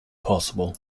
possible